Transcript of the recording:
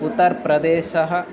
उत्तरप्रदेशः